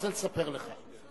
רוצה לספר לך: